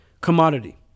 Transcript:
commodity